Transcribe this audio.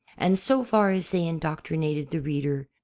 and, so far as they indoctrinated the reader,